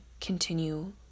continue